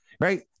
Right